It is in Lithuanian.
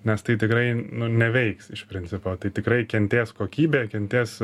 nes tai tikrai neveiks iš principo tai tikrai kentės kokybė kentės